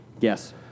Yes